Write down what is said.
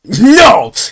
No